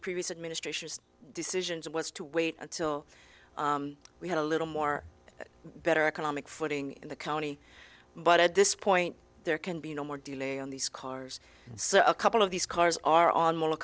previous administration decisions was to wait until we had a little more better economic footing in the county but at this point there can be no more delay on these cars so a couple of these cars are on